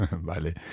Vale